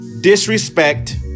disrespect